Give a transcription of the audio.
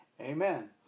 Amen